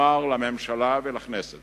אומר לממשלה ולכנסת